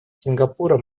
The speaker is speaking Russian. сингапура